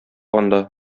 анда